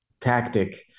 tactic